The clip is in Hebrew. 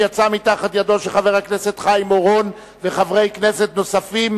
שיצא מתחת ידי חבר הכנסת חיים אורון וחברי כנסת נוספים,